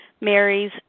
Mary's